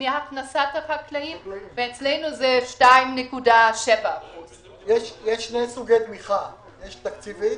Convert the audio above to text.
מהכנסת החקלאים ואצלנו זה 2.7%. יש שני סוגי תמיכה: יש תקציבית